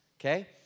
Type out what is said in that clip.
okay